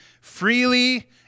freely